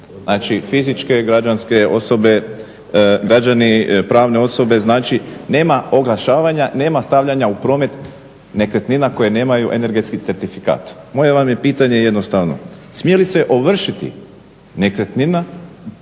znači fizičke, građanske osobe građani, pravne osobe, znači nema oglašavanja, nema stavljanja u promet nekretnina koje nemaju energetski certifikat. Moje vam je pitanje jednostavno, smije li se ovršiti nekretnina